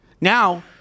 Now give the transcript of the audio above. Now